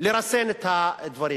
לרסן את הדברים.